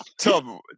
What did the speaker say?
Tom